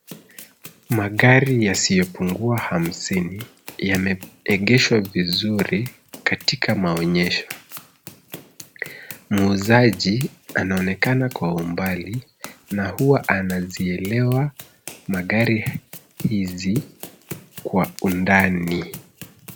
Magari yasiyopungua hamsini yameegeshwa vizuri katika maonyesho. Muuzaji anaonekana kwa umbali na huwa anazielewa magari hizi kwa undani.